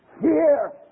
Fear